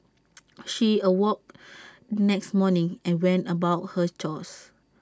she awoke next morning and went about her chores